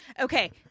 Okay